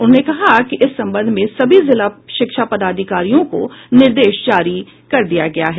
उन्होंने कहा कि इस संबंध में सभी जिला शिक्षा पदाधिकारियों को निर्देश भेज दिया गया है